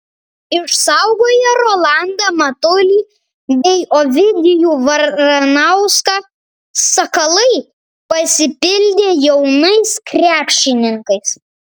išsaugoję rolandą matulį bei ovidijų varanauską sakalai pasipildė jaunais krepšininkais